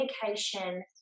communication